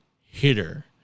hitter